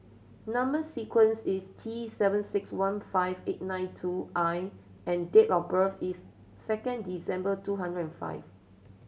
number sequence is T seven six one five eight nine two I and date of birth is two December two hundred and five